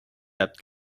helped